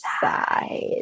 side